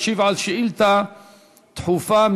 וישיב על שאילתה דחופה,